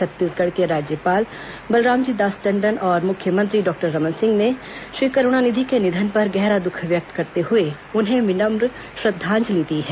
छत्तीसगढ़ के राज्यपाल बलरामजी दास टंडन और मुख्यमंत्री डॉक्टर रमन सिंह ने श्री करूणानिधि के निधन पर गहरा दुःख व्यक्त करते हुए उन्हें विनम्र श्रद्धांजलि दी है